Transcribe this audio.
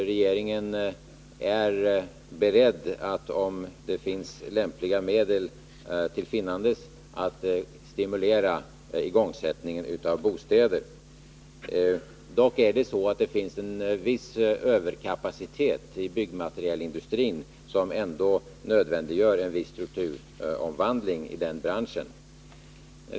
Regeringen är beredd att, om det står lämpliga medel till finnandes, stimulera igångsättningen av bostadsbyggen. Dock finns det en viss överkapacitet i byggmaterialindustrin, och det nödvändiggör ändå en viss strukturomvandling i branschen.